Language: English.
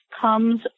comes